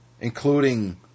including